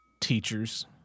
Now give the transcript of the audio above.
Teachers